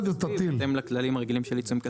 בהתאם לכללים הרגילים של עיצומים כספיים.